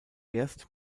erst